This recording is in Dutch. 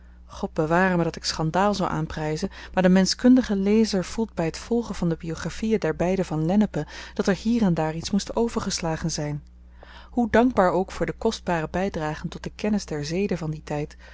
zal ik me uitdrukken godbewaarme dat ik schandaal zou aanpryzen maar de menschkundige lezer voelt by t volgen van de biografien der beide van lennepen dat er hier en daar iets moet overgeslagen zyn hoe dankbaar ook voor de kostbare bydragen tot de kennis der zeden van dien tyd